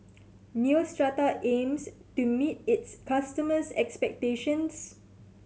Neostrata aims to meet its customers' expectations